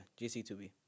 GC2B